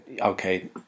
okay